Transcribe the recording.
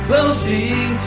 Closing